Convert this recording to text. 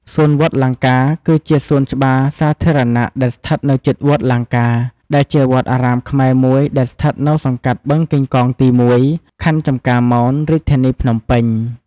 សួនវត្តលង្កា គឺជាសួនច្បារសាធារណៈដែលស្ថិតនៅជិតវត្តលង្កា ដែលជាវត្តអារាមខ្មែរមួយស្ថិតនៅសង្កាត់បឹងកេងកងទី១ ខណ្ឌចំការមន រាជធានីភ្នំពេញ។